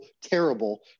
terrible